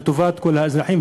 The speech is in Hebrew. לטובת כל האזרחים.